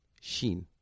Shin